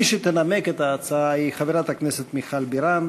מי שתנמק את ההצעה היא חברת הכנסת מיכל בירן.